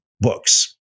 books